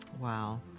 Wow